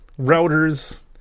routers